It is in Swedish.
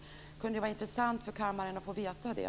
Det kunde vara intressant för kammaren att få veta det.